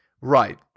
Right